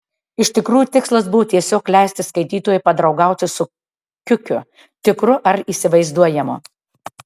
iš tikrųjų tikslas buvo tiesiog leisti skaitytojui padraugauti su kiukiu tikru ar įsivaizduojamu